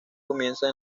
comienza